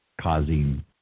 causing